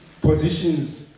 positions